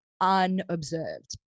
unobserved